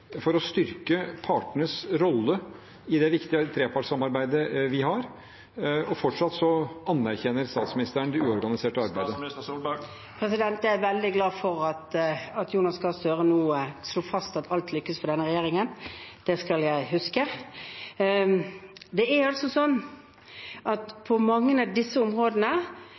for å styrke partenes rolle i det viktige trepartssamarbeidet vi har. Fortsatt anerkjenner statsministeren uorganisert arbeid. Jeg er veldig glad for at Jonas Gahr Støre nå slo fast at alt lykkes for denne regjeringen. Det skal jeg huske. På mange av disse områdene